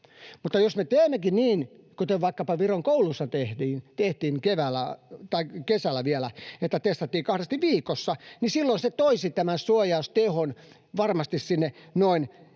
Mutta jos me teemmekin niin kuin vaikkapa Viron kouluissa tehtiin keväällä tai vielä kesällä, että testattiin kahdesti viikossa, niin silloin se toisi suojaustehon varmasti vähintään noin